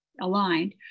aligned